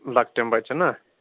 لۄکٕٹیٚن بَچن نا